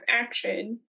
action